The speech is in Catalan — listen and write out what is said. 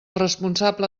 responsable